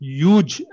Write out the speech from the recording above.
huge